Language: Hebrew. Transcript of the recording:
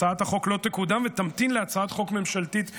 הצעת החוק לא תקודם ותמתין להצעת חוק ממשלתית בנושא,